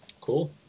Cool